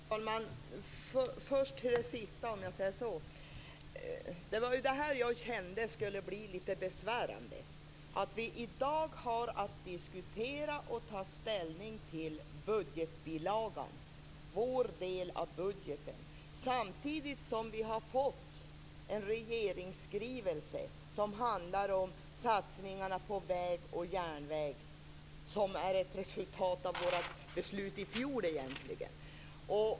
Herr talman! Först till det sista, om man säger så! Det var det här jag kände skulle bli lite besvärande, att vi i dag har att diskutera och ta ställning till budgetbilagan, vår del av budgeten, samtidigt som vi har fått en regeringsskrivelse som handlar om satsningarna på väg och järnväg som är ett resultat av vårt beslut i fjol.